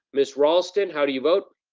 miss raulston, how do you vote?